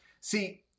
See